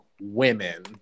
women